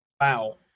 Wow